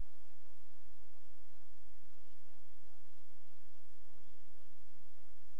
הכנסת תתכנס על מנת להחליט האם ועדת העבודה והרווחה או ועדת הכספים,